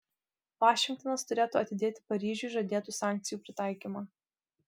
vašingtonas turėtų atidėti paryžiui žadėtų sankcijų pritaikymą